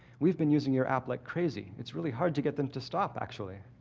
we've been using your app like crazy. it's really hard to get them to stop, actually.